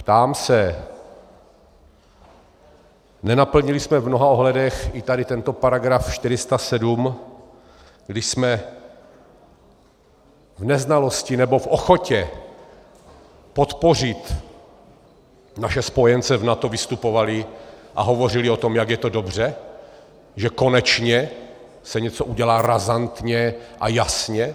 Ptám se: nenaplnili jsme v mnoha ohledech tady tento § 407, když jsme v neznalosti nebo v ochotě podpořit naše spojence v NATO vystupovali a hovořili o tom, jak je to dobře, že konečně se něco udělá razantně a jasně?